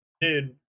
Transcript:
Dude